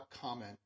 comment